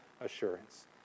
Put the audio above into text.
assurance